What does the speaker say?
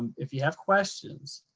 if you have questions